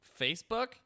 Facebook